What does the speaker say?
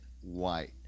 White